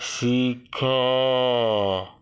ଶିଖ